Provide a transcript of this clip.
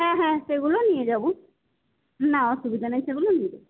হ্যাঁ হ্যাঁ সেগুলো নিয়ে যাব না অসুবিধা নেই সেগুলো নিয়ে যাব